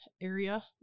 area